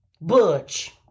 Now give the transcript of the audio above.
Butch